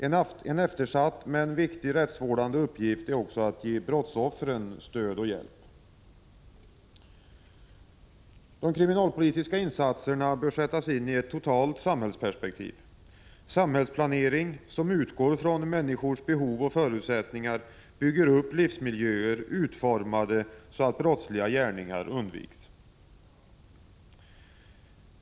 En eftersatt men viktig rättsvårdande uppgift är också att ge brottsoffren stöd och hjälp. De kriminalpolitiska insatserna bör sättas in i ett totalt samhällsperspektiv. En samhällsplanering som utgår från människors behov och förutsättningar bygger upp livsmiljöer utformade så att brottsliga gärningar undviks.